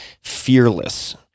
Fearless